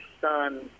son